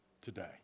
today